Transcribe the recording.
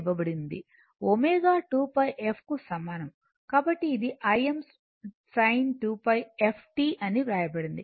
కాబట్టి ఇది Im sin 2πf t అని వ్రాయబడింది